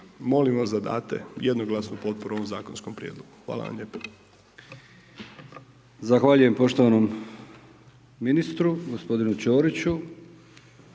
Molim vas da date jednoglasnu potporu ovom zakonskom prijedlogu. Hvala vam lijepa.